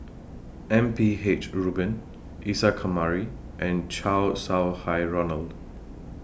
M P H Rubin Isa Kamari and Chow Sau Hai Roland